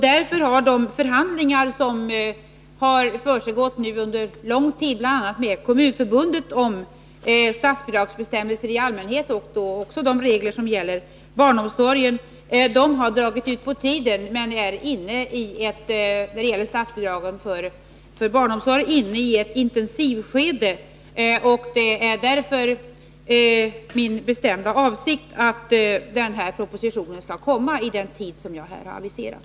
Därför har de förhandlingar som nu försiggått under lång tid, bl.a. med Kommunförbundet, om statsbidragsbestämmelser i allmänhet och även om de regler som gäller barnomsorgen dragit ut på tiden, men de är när det gäller statsbidrag till barnomsorg inne i ett intensivskede. Det är därför min bestämda avsikt att den här propositionen skall komma i den tid som jag här har aviserat.